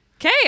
Okay